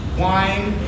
wine